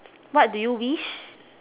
what do you wish